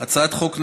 חברי הכנסת